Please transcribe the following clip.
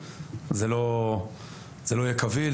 זה יהיה לא קביל,